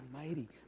Almighty